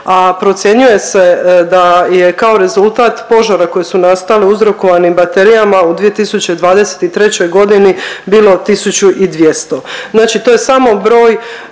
procjenjuje se da je kao rezultat požara koji su nastali uzrokovanim baterijama u 2023. g. bilo 1200.